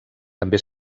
també